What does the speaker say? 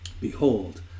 behold